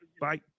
Bye